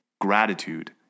gratitude